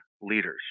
leaders